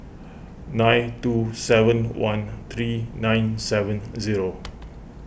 nine two seven one three nine seven zero